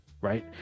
Right